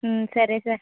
సరే సార్